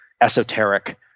esoteric